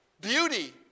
beauty